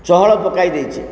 ଚହଳ ପକାଇ ଦେଇଛି